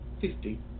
Fifty